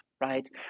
Right